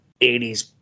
80s